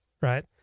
right